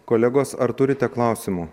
kolegos ar turite klausimų